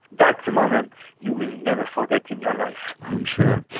that's a moment you will never forget in your life. i'm sure.